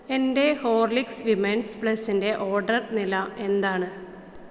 എന്റെ Horlicks women's പ്ലസിന്റെ order നില എന്താണ്